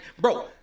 Bro